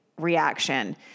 reaction